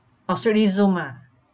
oh strictly Zoom ah